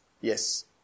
Yes